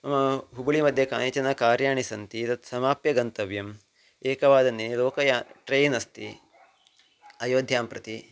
मम हुबळीमध्ये कानिचन कार्याणि सन्ति तत् समाप्य गन्तव्यम् एकवादने लोकयानं ट्रेन् अस्ति अयोध्यां प्रति